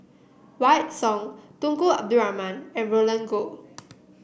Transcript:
Wykidd Song Tunku Abdul Rahman and Roland Goh